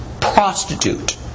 prostitute